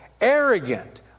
arrogant